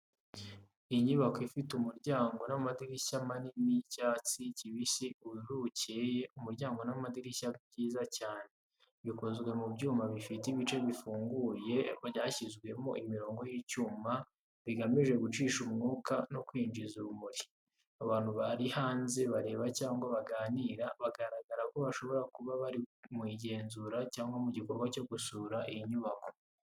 Inyubako ifite umuryango n’amadirishya manini y’icyatsi kibisi ubururu bukeye Umuryango n’amadirishya bwiza cyane. Bikozwe mu byuma bifite ibice bifunguye byashyizwemo imirongo y’icyuma, bigamije gucisha umwuka no kwinjiza urumuri. Abantu bari hanze bareba cyangwa baganira, bigaragara ko bashobora kuba bari mu igenzura cyangwa mu gikorwa cyo gusura iyi nyubako.